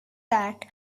that